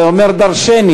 זה אומר דורשני.